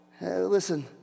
Listen